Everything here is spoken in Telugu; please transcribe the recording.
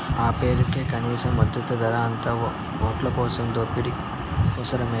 ఆ పేరుకే కనీస మద్దతు ధర, అంతా ఓట్లకోసం దోపిడీ కోసరమే